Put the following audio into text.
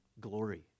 glory